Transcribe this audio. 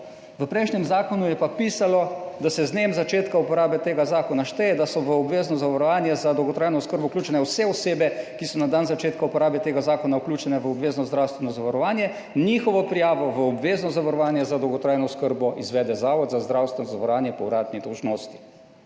V prejšnjem zakonu je pa pisalo, da se z dnem začetka uporabe tega zakona šteje, da so v obvezno zavarovanje za dolgotrajno oskrbo vključene vse osebe, ki so na dan začetka uporabe tega zakona vključene v obvezno zdravstveno zavarovanje. Njihovo prijavo v obvezno zavarovanje za dolgotrajno oskrbo izvede Zavod za zdravstveno zavarovanje po uradni dolžnosti.